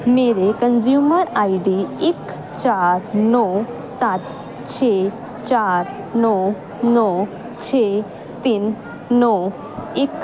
ਮੇਰੇ consumer ID ਇੱਕ ਚਾਰ ਨੌਂ ਸੱਤ ਛੇ ਚਾਰ ਨੌਂ ਨੌਂ ਛੇੇ ਤਿੰਨ ਨੌਂ ਇੱਕ